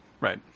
Right